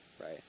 right